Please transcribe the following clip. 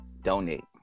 Donate